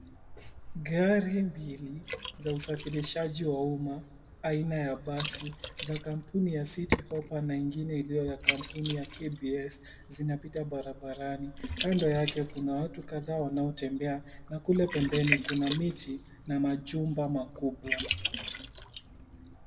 Gari mbili za usafirishaji wa umma aina ya basi za kampuni ya city hopper na ingine ya kampuni iliyo ya kampuni ya kbs zinapita barabarani, kando yake kuna watu kadhaa wanaotembea na kule pembeni kuna miti na majumba makubwa.